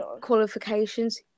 qualifications